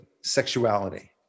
sexuality